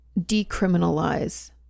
decriminalize